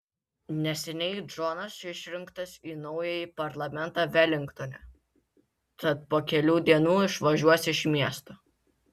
neseniai džonas išrinktas į naująjį parlamentą velingtone tad po kelių dienų išvažiuos iš miesto